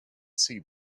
see